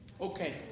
Okay